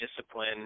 discipline